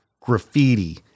graffiti